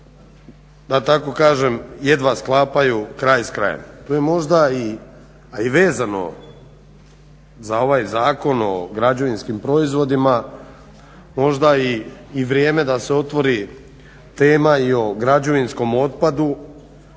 da tako kažem jedva sklapaju kraj s krajem. To je možda i vezano za ovaj Zakon o građevinskim proizvodima možda i vrijeme da se otvori tema i o građevinskom otpadu